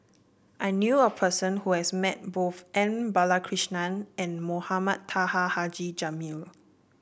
I knew a person who has met both M Balakrishnan and Mohamed Taha Haji Jamil